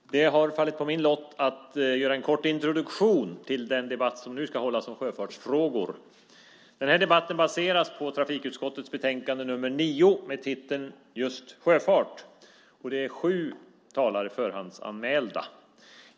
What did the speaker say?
Herr talman! Det har fallit på min lott att göra en kort introduktion till den debatt som nu ska hållas om sjöfartsfrågor. Den här debatten baseras på trafikutskottets betänkande nr 9 med titeln Sjöfart , och det finns sju förhandsanmälda talare.